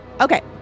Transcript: Okay